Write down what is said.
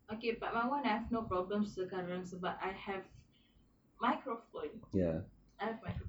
okay but my [one] I have no problem sekarang sebab I have microphone I have microphone